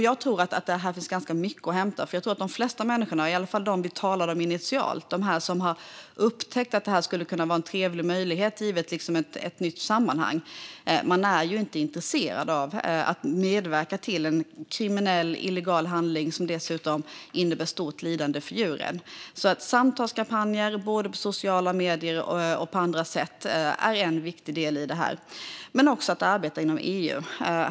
Jag tror att här finns ganska mycket att hämta, för jag tror att de flesta människor, i alla fall de som vi talade om initialt som har upptäckt att det här skulle kunna vara en trevlig möjlighet givet ett nytt sammanhang, inte är intresserade av att medverka till en kriminell handling som dessutom innebär stort lidande för djuren. Samtalskampanjer i sociala medier och på andra sätt är en viktig del i detta, men det är också viktigt att arbeta inom EU.